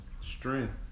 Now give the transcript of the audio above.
strength